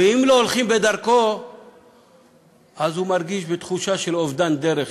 ואם לא הולכים בדרכו אז הוא מרגיש תחושה של אובדן דרך,